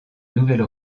nouvelle